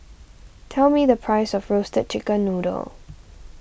tell me the price of Roasted Chicken Noodle